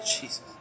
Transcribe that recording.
Jesus